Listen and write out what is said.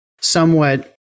somewhat